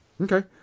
Okay